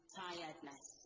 tiredness